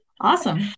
Awesome